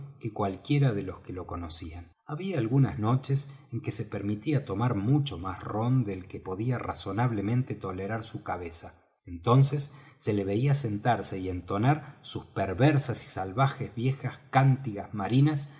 que cualquiera de los que lo conocían había algunas noches en que se permitía tomar mucho más rom del que podía razonablemente tolerar su cabeza entonces se le veía sentarse y entonar sus perversas y salvajes viejas cántigas marinas